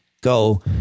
go